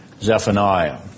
Zephaniah